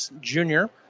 junior